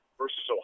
versus